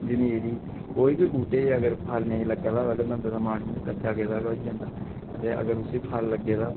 जमीरी कोई बी बूहटे ई अगर फल नेईं लग्गे दा होऐ तां बंदे ना मन इ'यां कच्चा गेदा गै होई जंदा ते अगर उसी फल लग्गे तां